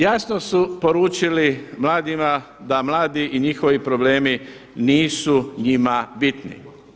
Jasno su poručili mladima da mladi i njihovi problemi nisu njima bitni.